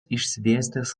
išsidėstęs